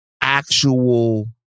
actual